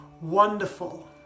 wonderful